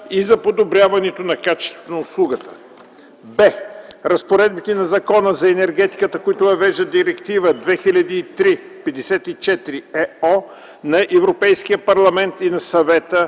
и за подобряването на качеството на услугата; б) разпоредбите на Закона за енергетиката, които въвеждат Директива 2003/54/ЕО на Европейския парламент и на Съвета